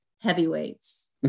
heavyweights